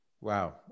Wow